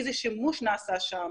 איזה שימוש נעשה שם,